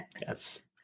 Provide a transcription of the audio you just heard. Yes